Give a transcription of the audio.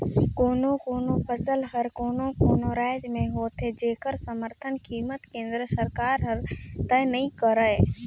कोनो कोनो फसल हर कोनो कोनो रायज में होथे जेखर समरथन कीमत केंद्र सरकार हर तय नइ करय